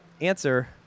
answer